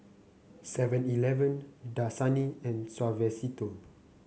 Seven Eleven Dasani and Suavecito